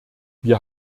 wir